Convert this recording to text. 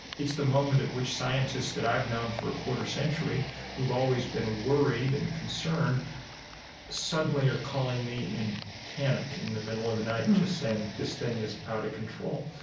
it's the moment at which scientists that i've known for a quarter century who've always been worried and concerned suddenly are calling me in panic in the middle of the night, just saying this thing is out of control